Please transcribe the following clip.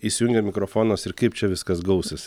įsijungia mikrofonas ir kaip čia viskas gausis